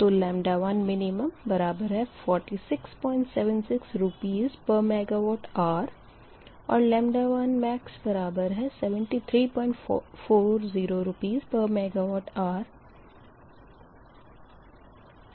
तो 1min4676 RsMWhr और 1max7340 RsMWhr प्राप्त हुआ है